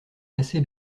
casser